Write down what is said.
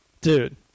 Dude